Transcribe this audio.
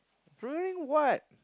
during what